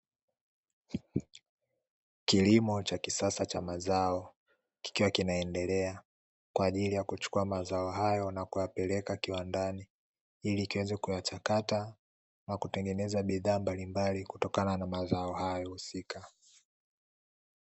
Kilimo cha kisasa cha mazao kikiwa kinaendelea kwa ajili ya kuchukua mazao hayo na kuyapeleka kiwandani, ili kiweze kuyachakata na kutengeneza bidhaa mbalimbali kutokana na mazao hayo husika.